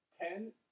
Ten